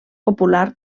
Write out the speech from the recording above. popular